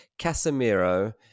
Casemiro